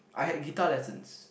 I had guitar lessons